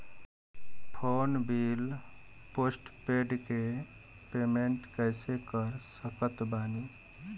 Phone bill postpaid के payment कैसे कर सकत बानी?